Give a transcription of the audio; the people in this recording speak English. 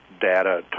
data